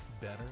Better